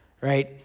right